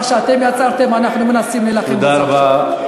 מה שאתם יצרתם, אנחנו מנסים להילחם עם זה עכשיו.